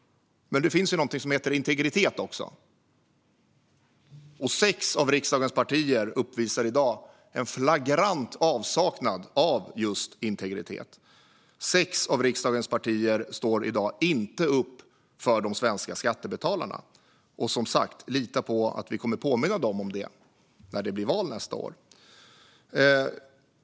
Men det finns något som heter integritet också, och sex av riksdagens partier uppvisar i dag en flagrant avsaknad av just integritet. Sex av riksdagens partier står i dag inte upp för de svenska skattebetalarna. Som sagt, lita på att vi kommer att påminna dem om detta när det blir val nästa år.